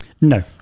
No